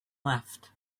left